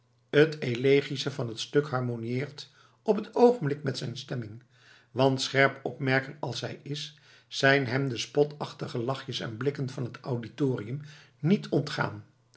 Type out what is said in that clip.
t elégische van het stuk harmonieert op t oogenblik met zijn stemming want scherp opmerker als hij is zijn hem de spotachtige lachjes en blikken van het auditorium niet ontgaan